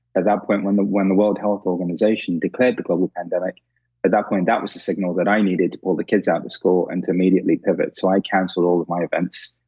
at that point when the when the world health organization declared the global pandemic, at that point, that was the signal that i needed to pull the kids out of school and to immediately pivot. so, i canceled all of my events,